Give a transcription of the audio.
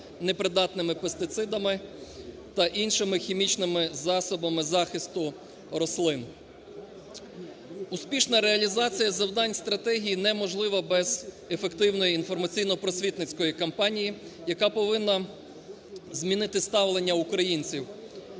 непридатними пестицидами та іншими хімічними засобами захисту рослин. Успішна реалізація завдань стратегії неможлива без ефективної інформаційно-просвітницької кампанії, яка повинна змінити ставлення українців